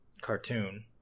cartoon